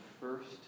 first